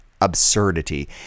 absurdity